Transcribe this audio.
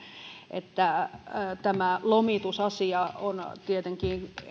että tämä lomitusasia on tietenkin